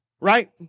Right